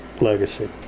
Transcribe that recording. legacy